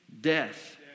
death